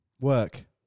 Work